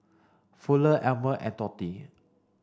Fuller Almer and Tori